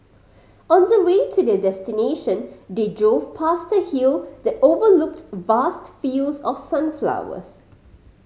on the way to their destination they drove past a hill that overlooked vast fields of sunflowers